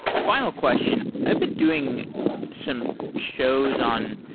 final question. i've been doing some shows on